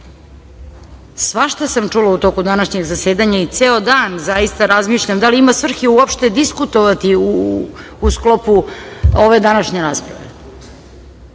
Svašta sam čula u toku današnjeg zasedanja i ceo dan zaista razmišljam da li ima svrhe uopšte diskutovati u sklopu ove današnje rasprave,